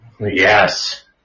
Yes